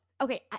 Okay